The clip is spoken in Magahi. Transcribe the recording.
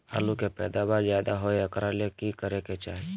आलु के पैदावार ज्यादा होय एकरा ले की करे के चाही?